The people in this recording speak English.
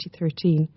2013